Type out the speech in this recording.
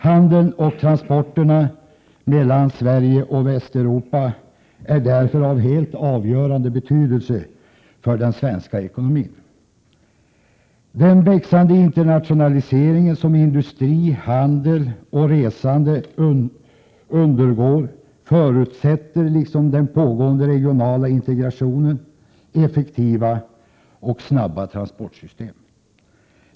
Handeln och transporterna mellan Sverige och Västeuropa är därför av helt avgörande betydelse för den svenska ekonomin. Den växande internationalisering som industri, handel och resande undergår förutsätter, liksom den pågående regionala integrationen, effektiva och snabba transportsystem.